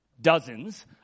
dozens